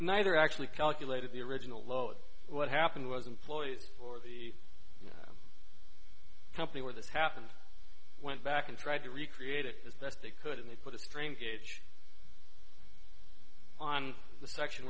neither actually calculated the original load what happened was employees for the company where this happened went back and tried to recreate it as best they could and they put a strain gauge on the section